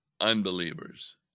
unbelievers